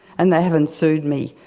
and they haven't sued me,